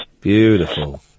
Beautiful